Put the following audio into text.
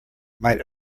might